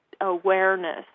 awareness